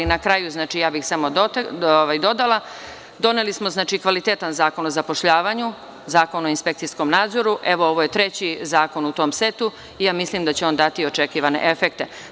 Na kraju ja bih samo dodala, doneli smo kvalitetan Zakon o zapošljavanju, Zakon o inspekcijskom nadzoru, ovo je treći zakon u tom setu, mislim da će on dati očekivane efekte.